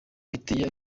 biteye